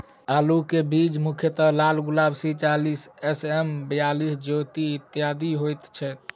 आलु केँ बीज मुख्यतः लालगुलाब, सी चालीस, एम.एस बयालिस, ज्योति, इत्यादि होए छैथ?